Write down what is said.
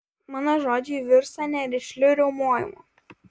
mano žodžiai virsta nerišliu riaumojimu